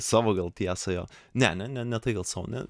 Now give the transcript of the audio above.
savo gal tiesa jo ne ne ne tai gal sau na